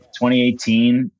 2018